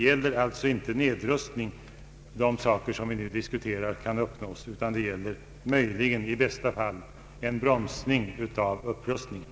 Vad som kan uppnås genom det vi nu diskuterar är alltså inte en nedrustning, utan i bästa fall någon bromsning av upprustningen.